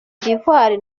d’ivoire